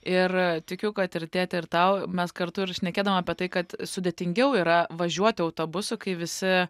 ir tikiu kad ir tėti ir tau mes kartu ir šnekėdavom apie tai kad sudėtingiau yra važiuoti autobusu kai visi